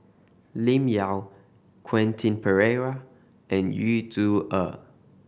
Lim Yau Quentin Pereira and Yu Zhuye